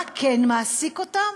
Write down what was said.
מה כן מעסיק אותם?